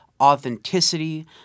authenticity